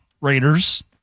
Raiders